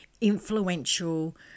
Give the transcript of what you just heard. influential